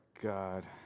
God